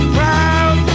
proud